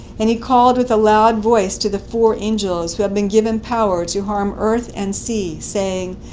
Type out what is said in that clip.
and he called with a loud voice to the four angels who had been given power to harm earth and sea, saying,